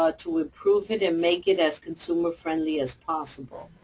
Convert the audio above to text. ah to improve it and make it as consumer friendly as possible.